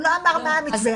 הוא לא אמר מה המתווה.